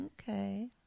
Okay